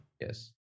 Yes